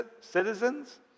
citizens